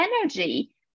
energy